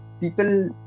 people